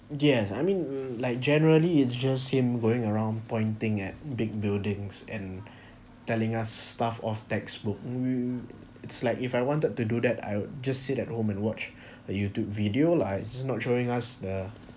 yes I mean like generally it's just him going around pointing at big buildings and telling us stuff off textbook we it's like if I wanted to do that I'll just sit at home and watch the YoutTube video lah he's not showing us the